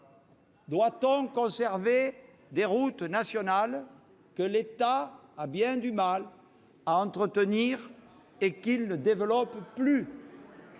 Doit-on conserver des routes nationales, que l'État a bien du mal à entretenir et qu'il ne développe plus ?